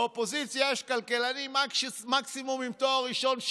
באופוזיציה יש כלכלנים מקסימום עם תואר ראשון,